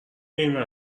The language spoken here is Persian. اینور